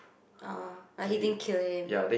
oh but he didn't kill him